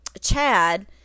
Chad